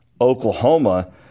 Oklahoma